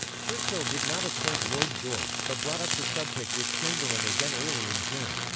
churchill did not appoint lloyd george, but brought up the subject with chamberlain again early in june.